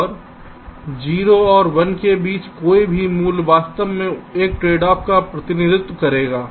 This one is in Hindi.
और 0 और 1 के बीच कोई भी मूल्य वास्तव में एक ट्रेडऑफ का प्रतिनिधित्व करेगा